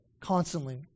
Constantly